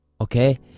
Okay